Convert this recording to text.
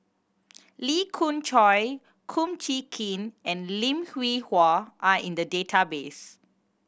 Lee Khoon Choy Kum Chee Kin and Lim Hwee Hua are in the database